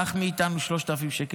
קח מאיתנו 3,000 שקל,